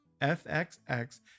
fxx